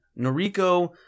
Noriko